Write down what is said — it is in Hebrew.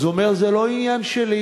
אז הוא אומר: זה לא עניין שלי,